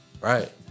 Right